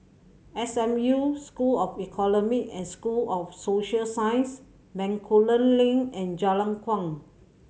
S M U School of Economic and School of Social Science Bencoolen Link and Jalan Kuang